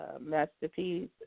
Masterpiece